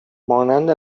مانند